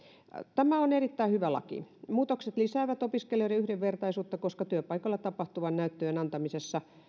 tämä on erittäin hyvä laki muutokset lisäävät opiskelijoiden yhdenvertaisuutta koska työpaikalla tapahtuvien näyttöjen antamisessa